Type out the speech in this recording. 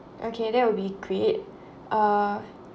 okay that will be great uh